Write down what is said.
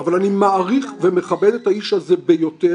אבל אני מעריך ומכבד את האיש הזה ביותר.